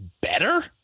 better